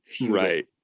right